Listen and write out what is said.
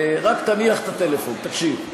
רק תניח את הטלפון, תקשיב.